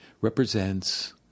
represents